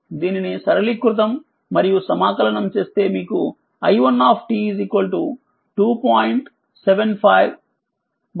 దీనిని సరళీకృతం మరియు సమాకలనం చేస్తేమీకు i1 2